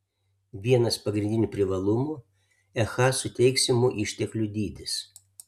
vienas pagrindinių privalumų echa suteiksimų išteklių dydis